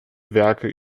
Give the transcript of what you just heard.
werke